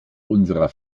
unserer